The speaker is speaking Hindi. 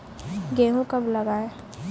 गेहूँ कब लगाएँ?